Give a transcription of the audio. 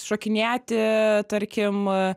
šokinėti tarkim